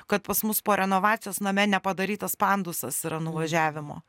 kad pas mus po renovacijos name nepadarytas pandusas yra nuvažiavimo